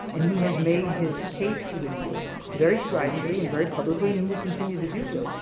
and he has made his case for the deal very stridently and very publicly and he will continue to do so.